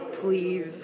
please